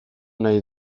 nahi